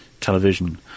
television